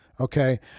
Okay